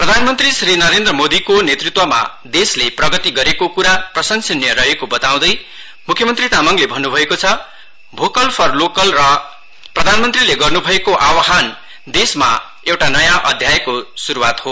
प्रधान मन्त्री श्री नरेन्द्र मोदीको नेतृत्वमा देशले प्रगति गरेको कुरा प्रसंशनीय रहेको बताउँदै मुख्य मन्त्री तामाङले भन्नु भएको छ भोकल फर लोकका लागि प्रधानमन्त्रीले गर्नु भएको आह्वान देशमा एउटा नयाँ अध्यायको शुरूवात हो